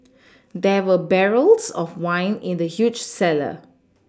there were barrels of wine in the huge cellar